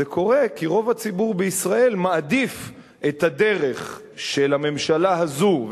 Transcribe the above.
זה קורה כי רוב הציבור בישראל מעדיף את הדרך של הממשלה הזאת,